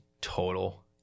total